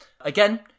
again